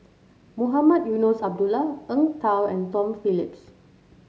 Mohamed Eunos Abdullah Eng Tow and Tom Phillips